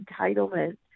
entitlement